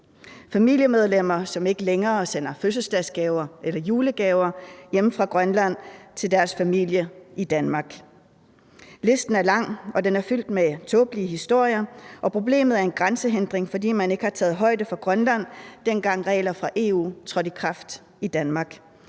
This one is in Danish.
familiemedlemmer, som ikke længere sender fødselsdagsgaver eller julegaver hjemme fra Grønland til deres familie i Danmark. Listen er lang, og den er fyldt med tåbelige historier, og problemet med den grænsehindring skyldes, at man ikke har taget højde for Grønland, dengang regler fra EU trådte i kraft i Danmark.